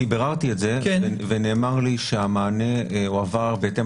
אני ביררתי את זה ונאמר לי שהמענה הועבר בהתאם